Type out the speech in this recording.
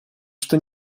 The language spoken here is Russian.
что